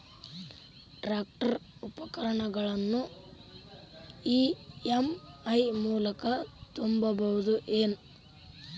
Tractor ಉಪಕರಣಗಳನ್ನು EMI ಮೂಲಕ ತುಂಬಬಹುದ ಏನ್?